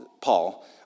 Paul